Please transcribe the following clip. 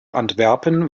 antwerpen